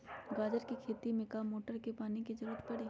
गाजर के खेती में का मोटर के पानी के ज़रूरत परी?